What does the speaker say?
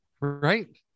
Right